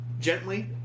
Gently